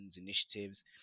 initiatives